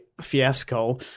fiasco